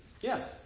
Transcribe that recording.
Yes